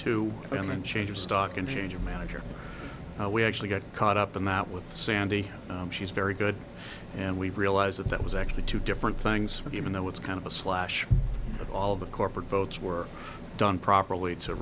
mean change of stock and change of manager we actually got caught up in that with sandy she's very good and we realize that that was actually two different things with even though it's kind of a slash but all of the corporate votes were done properly to